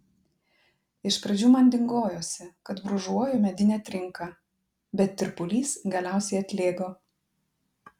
iš pradžių man dingojosi kad brūžuoju medinę trinką bet tirpulys galiausiai atlėgo